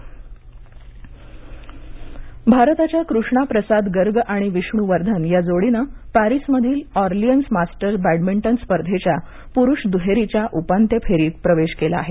badminton भारताच्या कृष्णा प्रसाद गर्ग आणि विष्णू वर्धन या जोडीने पॅरिसमधील ऑरलियन्स मास्टर्स बॅटमिंटन स्पर्धेच्या पुरुष दुहेरीच्या उपांत्य फेरीत प्रवेश केला आहे